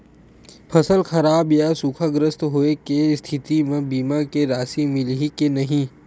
फसल खराब या सूखाग्रस्त होय के स्थिति म बीमा के राशि मिलही के नही?